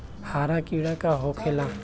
हरा कीड़ा का होखे ला?